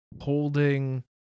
holding